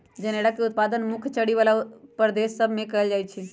जनेरा के उत्पादन मुख्य चरी बला प्रदेश सभ में कएल जाइ छइ